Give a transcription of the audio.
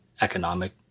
economic